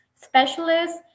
specialists